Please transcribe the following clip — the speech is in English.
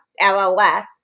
LLS